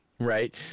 right